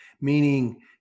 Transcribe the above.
meaning